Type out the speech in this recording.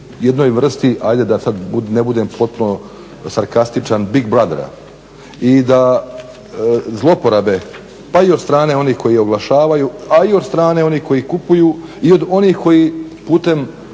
jednoj vrsti, ajde da sada ne budem potpuno sarkastičan, big brothera i da zloporabe pa i od strane onih koji oglašavaju, a i od strane onih koji kupuju i od onih koji putem